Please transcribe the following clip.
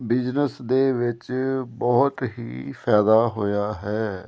business ਦੇ ਵਿੱਚ ਬਹੁਤ ਹੀ ਫਾਇਦਾ ਹੋਇਆ ਹੈ